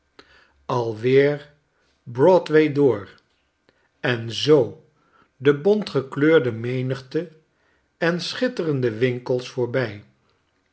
weer broadway door en zoo de bontgekleurde menigte en schitterende winkels voorbij